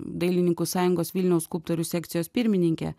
dailininkų sąjungos vilniaus skulptorių sekcijos pirmininke